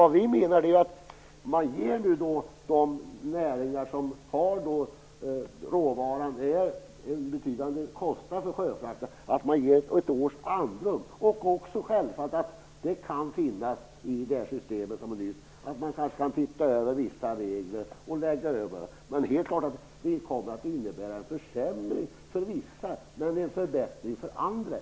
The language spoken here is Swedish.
Men vi menar är att man skall ge de råvarunäringar som har en betydande kostnad för sjöfrakter ett års andrum. Man kan också se över vissa regler. Det är helt klart att det kommer att medföra en försämring för vissa men också en förbättring för andra.